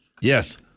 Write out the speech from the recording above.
Yes